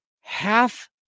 Half